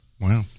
Wow